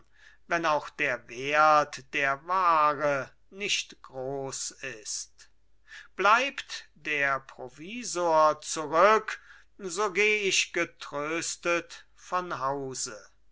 wenn auch der wert der ware nicht groß ist bleibt der provisor zurück so geh ich getröstet von hause